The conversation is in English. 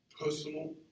Personal